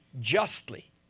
justly